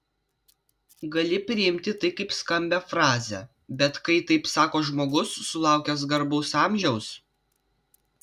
gali priimti tai kaip skambią frazę bet kai taip sako žmogus sulaukęs garbaus amžiaus